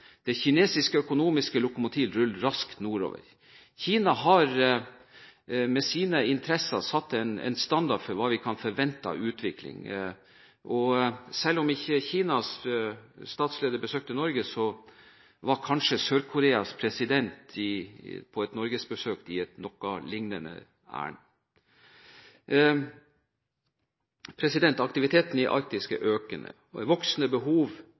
Det kinesiske økonomiske lokomotivet ruller raskt nordover. Kina har med sine interesser satt en standard for hva vi kan forvente av utvikling. Og selv om ikke Kinas statsleder besøkte Norge, var kanskje Sør-Koreas president på norgesbesøk i et noe lignende ærend. Aktiviteten i Arktis er økende, og det er et voksende behov